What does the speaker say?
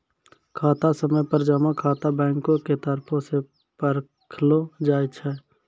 समय समय पर जमा खाता बैंको के तरफो से परखलो जाय छै